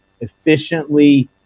efficiently